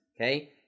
okay